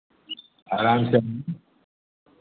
अराम से